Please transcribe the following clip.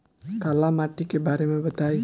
काला माटी के बारे में बताई?